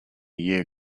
year